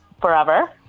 forever